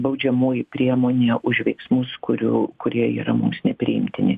baudžiamoji priemonė už veiksmus kurių kurie yra mums nepriimtini